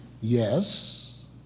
Yes